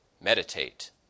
meditate